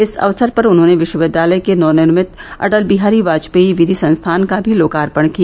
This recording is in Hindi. इस अवसर पर उन्होंने विश्वविद्यालय के नवनिर्मित अटल बिहारी वाजपेयी विधि संस्थान का भी लोकार्पण किया